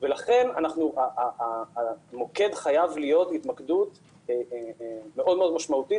ולכן המוקד חייב להיות התמקדות מאוד מאוד משמעותית